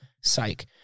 Psych